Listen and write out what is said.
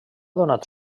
donat